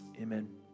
Amen